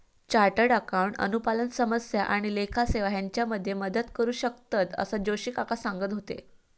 chartered accountant अनुपालन समस्या आणि लेखा सेवा हेच्यामध्ये मदत करू शकतंत, असा जोशी काका सांगत होते